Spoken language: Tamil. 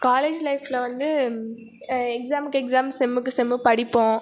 காலேஜ் லைஃப்பில் வந்து எக்ஸாமுக்கு எக்ஸாம் செம்முக்கு செம்மு படிப்போம்